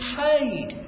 paid